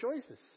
choices